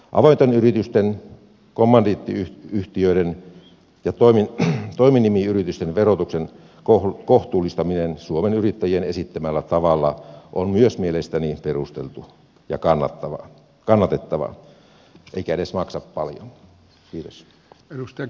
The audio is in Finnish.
avointen yritysten kommandiittiyhtiöiden ja toiminimiyritysten verotuksen kohtuullistaminen suomen yrittäjien esittämällä tavalla on myös mielestäni perusteltua ja kannatettavaa eikä edes maksa paljon